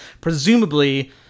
presumably